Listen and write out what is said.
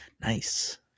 Nice